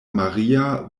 maria